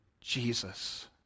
Jesus